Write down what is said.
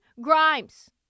Grimes